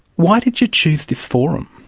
why did you choose this forum?